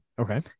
Okay